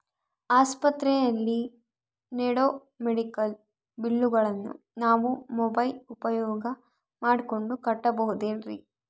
ಆಸ್ಪತ್ರೆಯಲ್ಲಿ ನೇಡೋ ಮೆಡಿಕಲ್ ಬಿಲ್ಲುಗಳನ್ನು ನಾವು ಮೋಬ್ಯೆಲ್ ಉಪಯೋಗ ಮಾಡಿಕೊಂಡು ಕಟ್ಟಬಹುದೇನ್ರಿ?